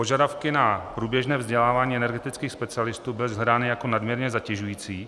Požadavky na průběžné vzdělávání energetických specialistů byly shledány jako nadměrně zatěžující.